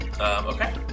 Okay